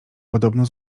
podobno